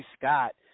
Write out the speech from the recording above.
Scott